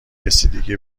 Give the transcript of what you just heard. رسیدگی